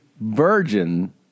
virgin